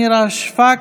נירה שפק,